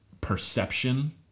perception